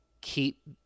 Keep